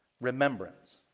remembrance